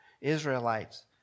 Israelites